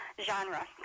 genre